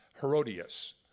Herodias